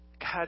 God